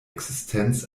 existenz